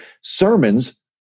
sermons